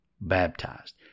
baptized